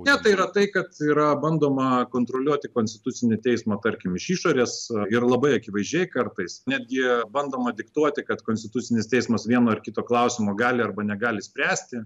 ne tai yra tai kad yra bandoma kontroliuoti konstitucinį teismą tarkim iš išorės ir labai akivaizdžiai kartais netgi bandoma diktuoti kad konstitucinis teismas vieno ar kito klausimo gali arba negali spręsti